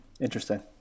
Interesting